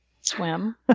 swim